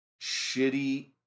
Shitty